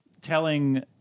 telling